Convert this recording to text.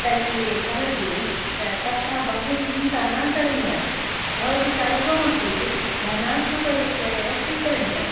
तर्हि भवती तथा बहु चिन्ता न करणीया भवती सर्वमपि धनात्मकरीत्या एव स्वीकरणीयम्